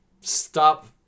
stop